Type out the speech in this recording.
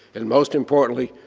and most importantly,